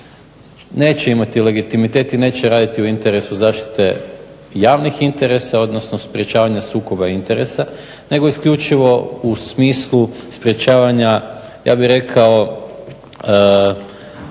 neće imati legitimitet i neće raditi u interesu zaštite javnih interesa, odnosno sprečavanja sukoba interesa nego isključivo u smislu sprečavanja ja bih rekao